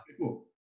Cool